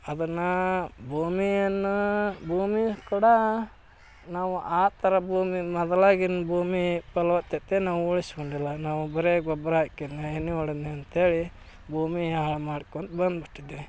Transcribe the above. ಅದನ್ನು ಭೂಮಿಯನ್ನು ಭೂಮಿ ಕೂಡ ನಾವು ಆ ಥರ ಭೂಮಿ ಮೊದ್ಲಾಗಿಂದ ಭೂಮಿ ಫಲವತ್ತತೆ ನಾವು ಉಳಿಸಿಕೊಂಡಿಲ್ಲ ನಾವು ಬರೇ ಗೊಬ್ಬರ ಹಾಕಿದ್ನ ಎಣ್ಣೆ ಹೊಡೆದ್ನ ಅಂತ್ಹೇಳಿ ಭೂಮಿ ಹಾಳು ಮಾಡ್ಕೊಂಡು ಬಂದ್ಬಿಟ್ಟಿದ್ದೀವಿ